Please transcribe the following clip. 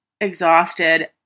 exhausted